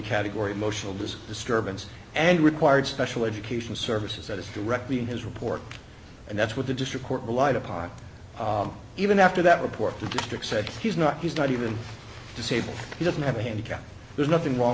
category emotional does disturbance and required special education services that is directly in his report and that's what the district court relied upon even after that report the district said he's not he's not even disabled he doesn't have a handicap there's nothing wrong